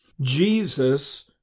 Jesus